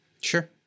sure